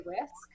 risk